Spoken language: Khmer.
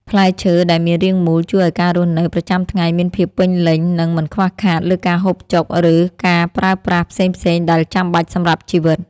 ផ្លែឈើដែលមានរាងមូលជួយឱ្យការរស់នៅប្រចាំថ្ងៃមានភាពពេញលេញ និង មិនខ្វះខាតលើការហូបចុកឬការប្រើប្រាស់ផ្សេងៗដែលចាំបាច់សម្រាប់ជីវិត។